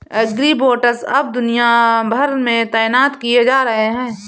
agribots अब दुनिया भर में तैनात किए जा रहे हैं